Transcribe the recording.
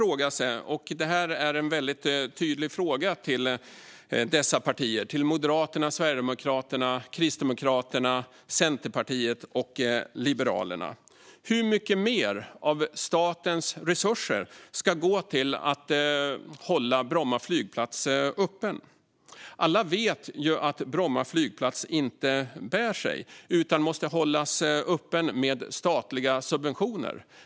Jag vill ställa en tydlig fråga till Moderaterna, Sverigedemokraterna, Kristdemokraterna, Centerpartiet och Liberalerna. Hur mycket mer av statens resurser ska gå till att hålla Bromma flygplats öppen? Alla vet ju att Bromma flygplats inte bär sig utan måste hållas öppen med hjälp av statliga subventioner.